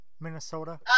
minnesota